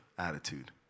attitude